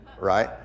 right